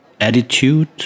attitude